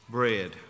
bread